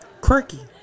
Quirky